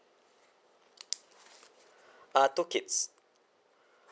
ah two kids